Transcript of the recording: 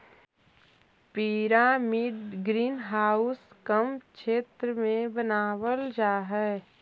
pyramid green house कम क्षेत्र में बनावाल जा हई